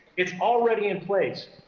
it's already in place.